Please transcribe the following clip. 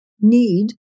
need